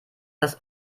das